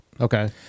Okay